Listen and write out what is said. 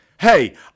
Hey